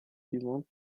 suivantes